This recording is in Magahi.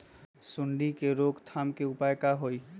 सूंडी के रोक थाम के उपाय का होई?